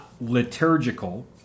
liturgical